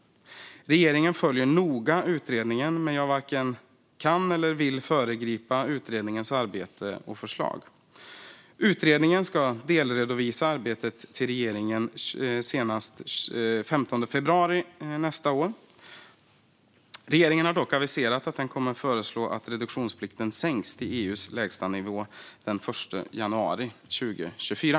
Regeringen följer noga utredningen, men jag varken kan eller vill föregripa utredningens arbete och förslag. Utredningen ska delredovisa arbetet till regeringen senast den 15 februari nästa år. Regeringen har dock aviserat att den kommer att föreslå att reduktionsplikten sänks till EU:s lägstanivå den 1 januari 2024.